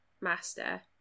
master